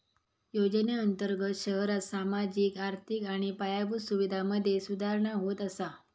योजनेअंर्तगत शहरांत सामाजिक, आर्थिक आणि पायाभूत सुवीधांमधे सुधारणा होत असा